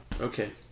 Okay